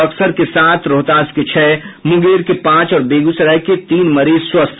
बक्सर के सात रोहतास के छह मुंगेर के पांच और बेगूसराय के तीन मरीज स्वस्थ